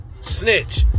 Snitch